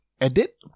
edit